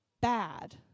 bad